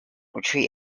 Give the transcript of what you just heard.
retreat